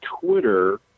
Twitter